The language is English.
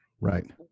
Right